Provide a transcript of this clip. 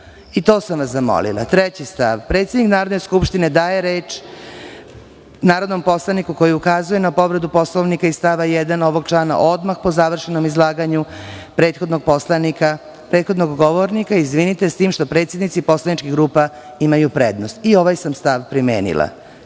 I to sam vas zamolila. Treći stav – Predsednik Narodne skupštine daje reč narodnom poslaniku koji ukazuje na povredu Poslovnika iz stava 1. ovog člana odmah po završenom izlaganju prethodnog govornika, s tim što predsednici poslaničkih grupa imaju prednost. I ovaj sam stav primenila. Četvrti